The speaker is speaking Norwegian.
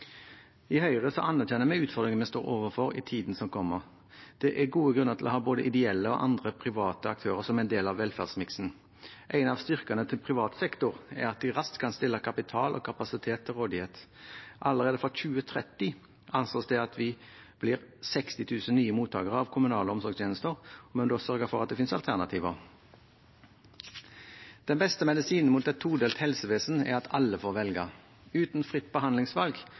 i Tromsø. I Høyre anerkjenner vi utfordringen vi står overfor i tiden som kommer. Det er gode grunner til å ha både ideelle og andre private aktører som en del av velferdsmiksen. En av styrkene til privat sektor er at de raskt kan stille kapital og kapasitet til rådighet. Allerede fra 2030 anses det at vi blir 60 000 nye mottakere av kommunale omsorgstjenester, så da må en sørge for at det finnes alternativer. Den beste medisinen mot et todelt helsevesen er at alle får velge. Uten fritt behandlingsvalg